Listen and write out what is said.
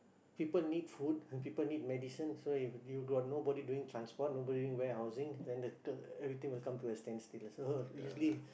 people need food and people need medicine so if you got nobody doing transport nobody warehousing then the k~ everything will come to a standstill so usually